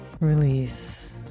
release